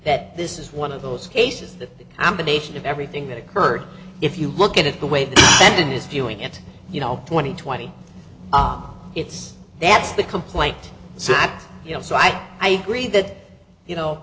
that this is one of those cases that the combination of everything that occurred if you look at the way the senate is doing it you know twenty twenty it's that's the complaint so you know so i i agree that you know